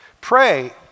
Pray